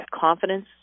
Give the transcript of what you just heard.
confidence